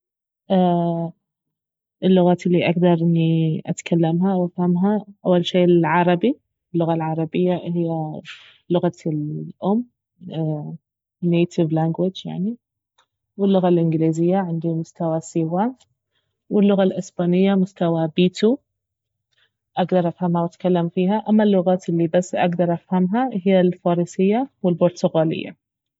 اللغات الي اقدر اني اتكملها او افهمها اول شي العربي اللغة العربية اهي لغتي الام النيتف لانجوج يعني واللغة الإنجليزية عندي مستوى سي ون واللغة الاسبانية مستوى بي تو اقدر افهمها واتكلم فيها اما اللغات الي بس اقدر افهمها اهي الفارسية والبرتغالية